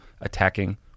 attacking